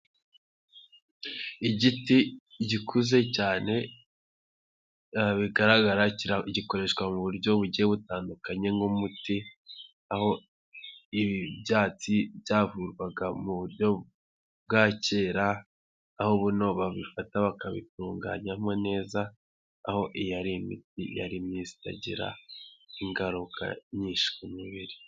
Igiti gikuze cyane bigaragara, gikoreshwa mu buryo bugiye butandukanye nk'umuti, aho ibyatsi byavurwaga mu buryo bwa kera, aho buno babifata bakabitunganyamo neza, aho iyi ari imiti yari myiza itagira ingaruka nyinshi ku mubiri.